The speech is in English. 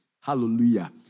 Hallelujah